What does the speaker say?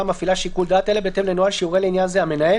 המפעילה שיקול דעת אלא בהתאם לנוהל שיורה לעניין זה המנהל